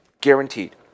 Guaranteed